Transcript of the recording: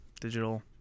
digital